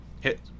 hit